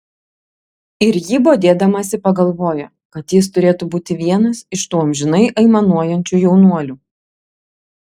ir ji bodėdamasi pagalvojo kad jis turėtų būti vienas iš tų amžinai aimanuojančių jaunuolių